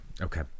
Okay